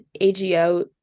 AGO